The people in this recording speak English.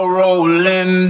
rolling